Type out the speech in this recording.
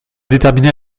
déterminées